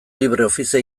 libreoffice